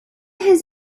his